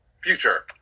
future